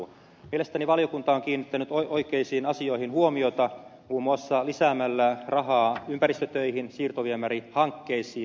mielestäni valiokunta on kiinnittänyt oikeisiin asioihin huomiota muun muassa lisäämällä rahaa ympäristötöihin siirtoviemärihankkeisiin